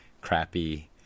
crappy